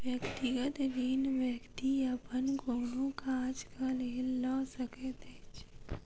व्यक्तिगत ऋण व्यक्ति अपन कोनो काजक लेल लऽ सकैत अछि